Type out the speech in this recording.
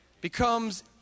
becomes